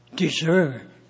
Deserve